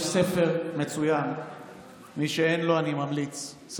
אני מקווה שאתה זוכר מה מנדלבליט אמר